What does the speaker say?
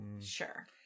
Sure